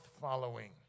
following